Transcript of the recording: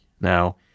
Now